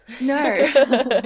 no